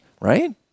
right